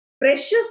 precious